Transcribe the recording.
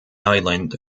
island